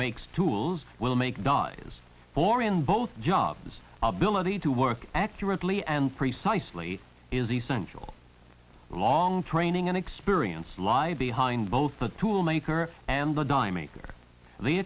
makes tools will make dies or in both jobs this ability to work accurately and precisely is essential long training and experience lie behind both the tool maker and the die maker the